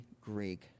Greek